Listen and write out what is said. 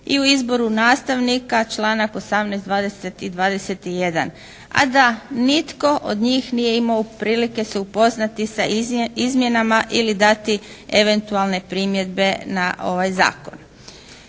i u izboru nastavnika članak 18., 20. i 21. A da nitko od njih nije imao prilike se upoznati sa izmjenama ili dati eventualne primjedbe na ovaj zakon.